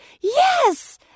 yes